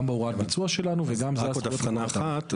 גם בהוראת הביצוע שלנו וגם זה הזכויות --- אז רק עוד הבחנה אחת.